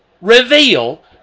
reveal